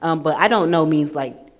um but i don't know means like,